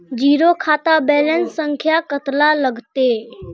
Zero खाता balance संख्या कतला लगते?